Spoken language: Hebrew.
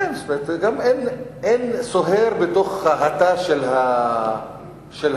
גם אין סוהר בתוך התא של האסירים.